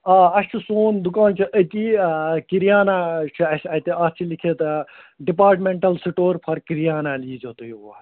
آ اَسہِ چھُ سون دُکان چھُ أتی کِریانہ چھُ اَسہِ اَتہِ اَتھ چھِ لیٚکھِتھ ڈِپاٹمٮ۪نٹَل سِٹور فار کِریانہ ییٖزیٚو تُہۍ اور